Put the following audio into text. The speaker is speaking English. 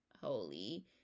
holy